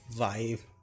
vibe